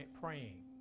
praying